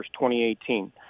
2018